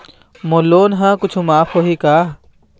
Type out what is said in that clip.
मोर loan हा कुछू माफ होही की?